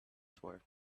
tour